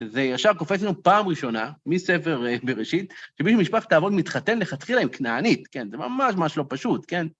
זה ישר קופץ לנו פעם ראשונה מספר בראשית, שמישהו ממשפחת האבות מתחתן לכתחילה עם כנענית, כן, זה ממש-ממש לא פשוט, כן.